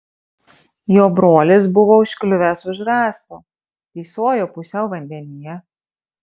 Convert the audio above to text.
jo brolis buvo užkliuvęs už rąsto tysojo pusiau vandenyje